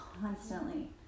constantly